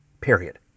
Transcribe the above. period